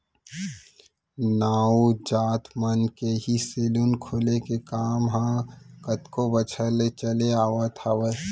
नाऊ जात मन के ही सेलून खोले के काम ह कतको बछर ले चले आवत हावय